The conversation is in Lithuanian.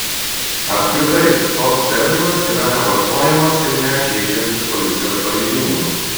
apskritai toks terminas yra nevartojamas ir net žeidžiantis policijos pareigūnus